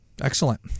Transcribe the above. Excellent